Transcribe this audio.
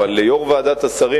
אבל ליושב-ראש ועדת השרים,